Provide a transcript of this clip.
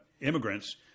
immigrants